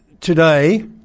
today